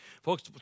Folks